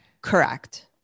Correct